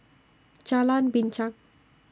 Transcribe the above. Jalan Binchang